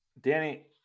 Danny